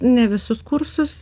ne visus kursus